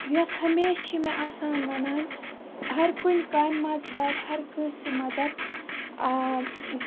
یۄس ہَمیشہٕ چھِ مےٚ آسان وَنان ہَر کُنہِ کامہِ منٛز کَر ہَر کٲنٛسہِ مَدَد